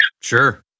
sure